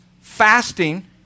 fasting